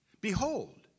Behold